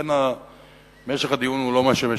ולכן משך הדיון הוא לא מה שמשנה.